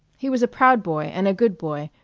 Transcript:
he was a proud boy and a good boy,